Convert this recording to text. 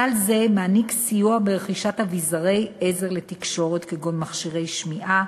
סל זה מעניק סיוע ברכישת אביזרי עזר לתקשורת כגון מכשירי שמיעה